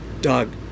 Doug